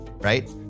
Right